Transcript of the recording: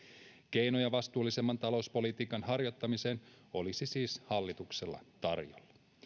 keinoja vastuullisemman talouspolitiikan harjoittamiseen olisi siis hallitukselle tarjolla